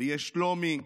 ויש שלומי.